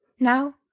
Now